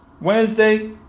Wednesday